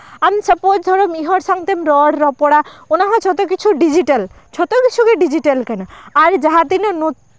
ᱟᱢ ᱥᱟᱯᱳᱡ ᱫᱷᱚᱨᱚ ᱢᱤᱫ ᱥᱟᱝ ᱛᱮᱢ ᱨᱚᱲᱼᱨᱚᱯᱚᱲᱟ ᱚᱱᱟᱦᱚᱸ ᱡᱷᱚᱛᱚ ᱠᱤᱪᱷᱩ ᱰᱤᱡᱤᱴᱮᱞ ᱡᱷᱚᱛᱚ ᱠᱤᱪᱷᱩ ᱜᱮ ᱰᱤᱡᱤᱴᱮᱞ ᱠᱟᱱᱟ ᱟᱨ ᱡᱟᱦᱟᱸ ᱛᱤᱱᱟᱹᱜ